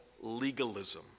legalism